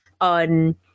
on –